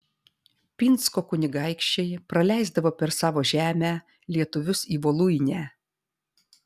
pinsko kunigaikščiai praleisdavo per savo žemę lietuvius į voluinę